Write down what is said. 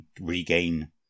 regain